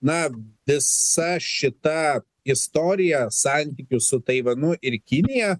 na visa šita istorija santykių su taivanu ir kinija